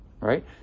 right